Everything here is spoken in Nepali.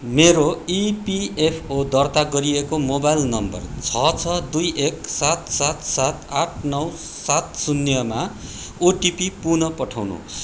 मेरो इपिएफओ दर्ता गरिएको मोबाइल नम्बर छ छ दुई एक सात सात सात आठ नौ सात शून्यमा ओटिपी पुन पठाउनुहोस्